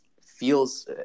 feels